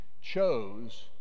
chose